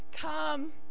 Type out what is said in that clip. Come